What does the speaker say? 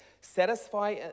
Satisfy